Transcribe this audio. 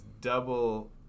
double